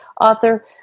author